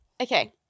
okay